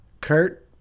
Kurt